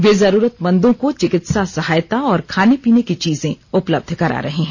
वे जरूरतमंदों को चिकित्सा सहायता और खाने पीने की चीजें उपलब्ध करा रहे हैं